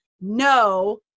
No